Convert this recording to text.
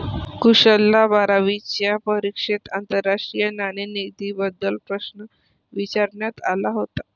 कुशलला बारावीच्या परीक्षेत आंतरराष्ट्रीय नाणेनिधीबद्दल प्रश्न विचारण्यात आला होता